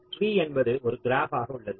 tree என்பது ஒரு crop ஆக உள்ளது